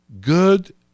Good